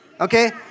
Okay